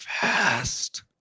fast